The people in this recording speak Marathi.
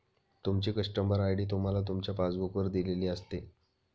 तुमची कस्टमर आय.डी तुम्हाला तुमच्या पासबुक वर दिलेली असते